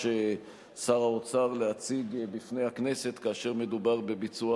שר האוצר להציג בפני הכנסת כאשר מדובר בביצוע